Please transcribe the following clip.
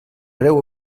greu